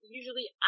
usually